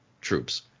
troops